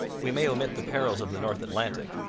we may omit the perils of the north atlantic,